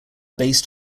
based